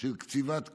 של קציבת כהונה.